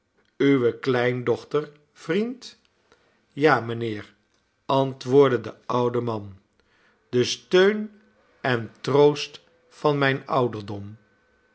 owe kleindochter vriend ja mijnheer antwoordde de oude man de steun en troost van mijn ouderdom